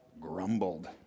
grumbled